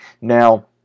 now